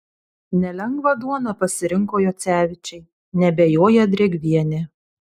nelengvą duoną pasirinko jocevičiai neabejoja drėgvienė